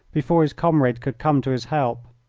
before his comrade could come to his help.